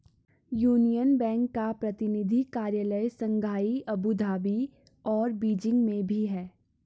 union Bank का प्रतिनिधि कार्यालय शंघाई अबू धाबी और बीजिंग में भी है